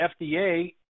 FDA